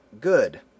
good